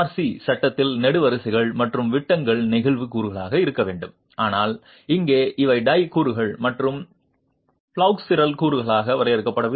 C சட்டத்தில் நெடுவரிசைகள் மற்றும் விட்டங்கள் நெகிழ்வு கூறுகளாக இருக்க வேண்டும் ஆனால் இங்கே இவை டை கூறுகள் மற்றும் ஃப்ளெக்ஸுரல் கூறுகளாக வரையறுக்கப்படவில்லை